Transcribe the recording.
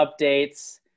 updates